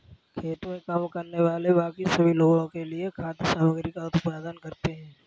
खेत में काम करने वाले बाकी सभी लोगों के लिए खाद्य सामग्री का उत्पादन करते हैं